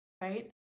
right